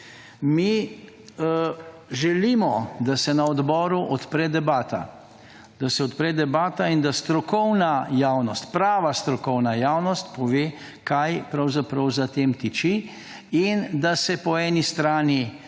debata, da se odpre debata in da strokovna javnost, prva strokovna javnost pove kaj pravzaprav za tem tiči in da se po eni strani